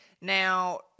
Now